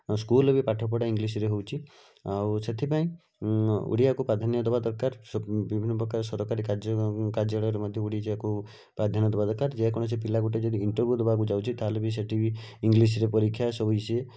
ସ୍କୁଲ୍ରେ ବି ପାଠ ପଢ଼ା ଇଂଲିଶ୍ରେ ହେଉଛି ଆଉ ସେଥିପାଇଁ ଓଡ଼ିଆକୁ ପ୍ରାଧାନ୍ୟ ଦେବା ଦରକାର ବିଭିନ୍ନପ୍ରକାର ସରକାରୀ କାର୍ଯ୍ୟ କାର୍ଯ୍ୟାଳୟରେ ମଧ୍ୟ ଓଡ଼ିଆକୁ ପ୍ରାଧାନ୍ୟ ଦେବା ଦରକାର ଯେକୌଣସି ପିଲା ଗୋଟେ ଯଦି ଇଣ୍ଟର୍ଭିଉ ଦେବାକୁ ଯାଉଛି ତା'ହେଲେ ବି ସେଇଠି ବି ଇଂଲିଶ୍ରେ ପରୀକ୍ଷା ସବୁ ସେ